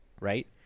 right